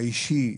האישי,